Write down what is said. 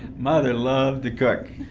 mother loved to cook.